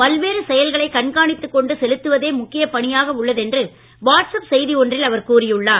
பல்வேறு செயல்களைக் கண்காணித்து கொண்டு செலுத்துவதே முக்கியப் பணியாக உள்ளது என்று வாட்ஸ் ஆப் செய்தி ஒன்றில் அவர் கூறியுள்ளார்